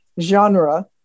genre